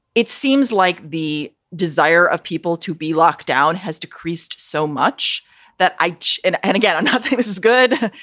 it seems like the desire of people to be locked down has decreased so much that i watch it and and again and say, this is good.